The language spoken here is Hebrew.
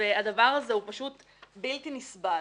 הדבר הזה הוא פשוט בלתי נסבל.